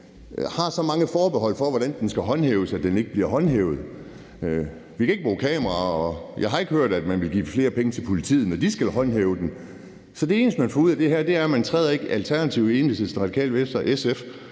har så mange forbehold for, hvordan den skal håndhæves, at den ikke bliver håndhævet. Vi kan ikke bruge kameraer, og jeg har ikke hørt, at man vil give flere penge til politiet, når de skal håndhæve den. Så det eneste, man får ud af det her, er, at man ikke træder Alternativet, Enhedslisten, Radikale Venstre og